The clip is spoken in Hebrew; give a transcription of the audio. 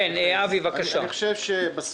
כמו שהרב גפני אמר.